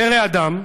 פרא אדם,